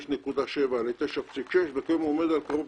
מ-5.7 ל-9.6 וכיום הוא עומד על קרוב